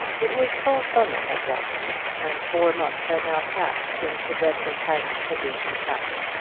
it was full summer at belton, and four months had now passed since the dreadful tidings had reached the castle.